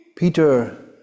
Peter